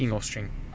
king of strength